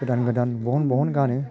गोदान गोदान बहन बहन गानो